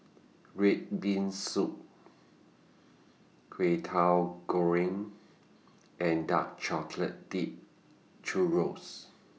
Red Bean Soup Kwetiau Goreng and Dark Chocolate Dipped Churro's